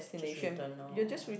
just return lor